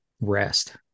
rest